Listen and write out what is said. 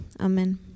Amen